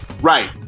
right